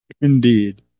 Indeed